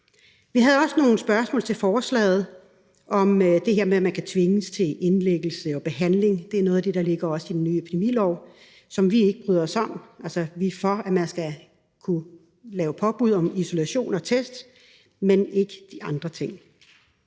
Vi havde også nogle spørgsmål til forslaget om det her med, at man kan tvinges til indlæggelse og behandling. Det er noget af det, der også ligger i den nye epidemilov, og som vi ikke bryder os om; altså, vi er for, at man skal kunne lave påbud om isolation og test, men ikke de andre ting.